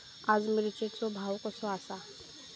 आज मिरचेचो भाव कसो आसा?